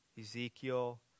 Ezekiel